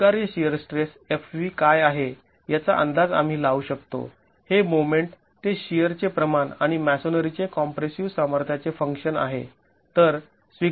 स्वीकार्य shear stress fv काय आहे याचा अंदाज आम्ही लावू शकतो हे मोमेंट ते शिअरचे प्रमाण आणि मॅसोनरीचे कॉम्प्रेसिव सामर्थ्याचे फंक्शन आहे